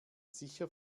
sicher